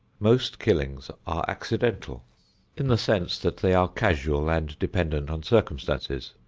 most killings are accidental in the sense that they are casual and dependent on circumstances,